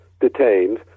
detained